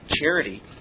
charity